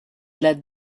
led